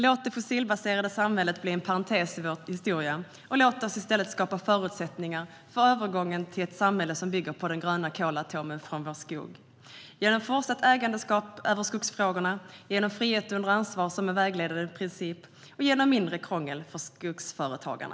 Låt det fossilbaserade samhället bli en parentes i vår historia, och låt oss i stället skapa förutsättningar för övergången till ett samhälle som bygger på den gröna kolatomen från vår skog genom fortsatt ägandeskap över skogsfrågorna, genom frihet under ansvar som vägledande princip och genom mindre krångel för skogsföretagarna!